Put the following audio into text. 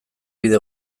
bide